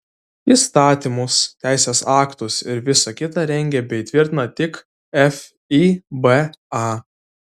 įstatymus teisės aktus ir visa kita rengia bei tvirtina tik fiba